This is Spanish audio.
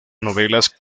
novelas